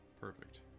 Perfect